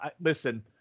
listen